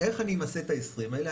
איך אני אמסה את ה-20 האלה?